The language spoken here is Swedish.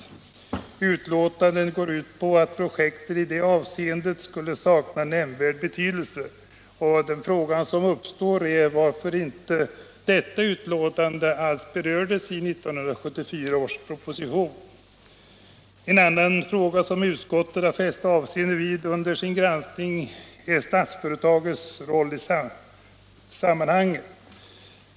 Utlåtandet går ut på att projektet i det avseendet skulle sakna nämnvärd betydelse. Den fråga som uppstår är: Varför har detta utlåtande inte alls berörts i 1974 års proposition? En annan fråga som utskottet har fäst avseende vid under sin granskning är Statsföretags roll i sammanhanget.